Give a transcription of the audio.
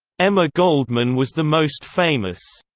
emma goldman was the most famous.